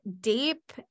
deep